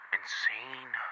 insane